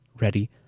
ready